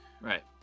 Right